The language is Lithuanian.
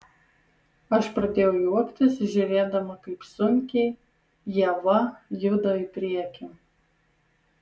aš pradėjau juoktis žiūrėdama kaip sunkiai ieva juda į priekį